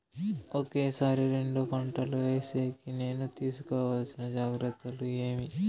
ఒకే సారి రెండు పంటలు వేసేకి నేను తీసుకోవాల్సిన జాగ్రత్తలు ఏమి?